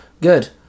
Good